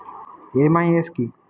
MIS কি?